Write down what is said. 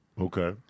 Okay